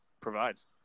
provides